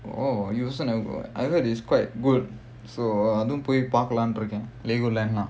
oh you also never go I heard is quite good so அதுவும் போய் பார்க்கலாம்னு இருக்கேன்:adhuvum poi paarkalaamnu irukkaen Legoland ah